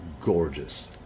gorgeous